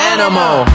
Animal